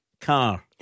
car